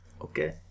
Okay